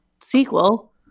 sequel